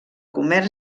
comerç